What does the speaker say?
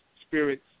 spirits